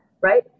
right